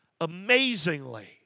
amazingly